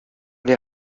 les